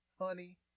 honey